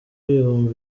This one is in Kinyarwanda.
ibihumbi